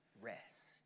rest